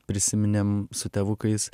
prisiminėm su tėvukais